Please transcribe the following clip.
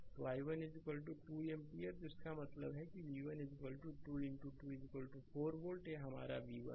तो i1 2 ampere तो इसका मतलब है कि v1 2 2 4 वोल्ट यह हमारा v1 है